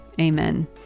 Amen